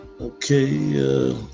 Okay